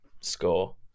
score